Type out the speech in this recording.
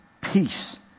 peace